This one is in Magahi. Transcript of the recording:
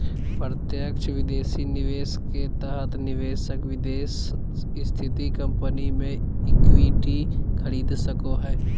प्रत्यक्ष विदेशी निवेश के तहत निवेशक विदेश स्थित कम्पनी मे इक्विटी खरीद सको हय